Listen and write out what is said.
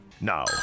Now